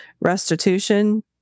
restitution